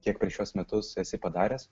kiek per šiuos metus esi padaręs